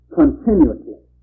continuously